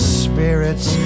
spirits